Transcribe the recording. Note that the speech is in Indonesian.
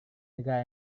negara